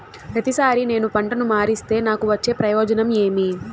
ప్రతిసారి నేను పంటను మారిస్తే నాకు వచ్చే ప్రయోజనం ఏమి?